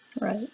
Right